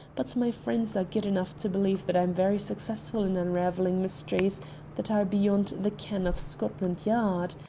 but my friends are good enough to believe that i am very successful in unravelling mysteries that are beyond the ken of scotland yard.